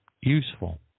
useful